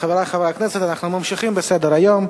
חברי חברי הכנסת, אנחנו ממשיכים בסדר-היום: